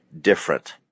different